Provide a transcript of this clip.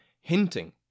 hinting